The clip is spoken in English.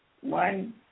one